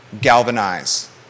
galvanize